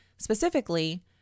Specifically